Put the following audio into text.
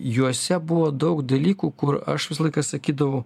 juose buvo daug dalykų kur aš visą laiką sakydavau